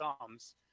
thumbs